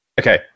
Okay